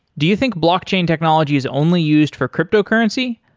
do you think blockchain technology is only used for cryptocurrency?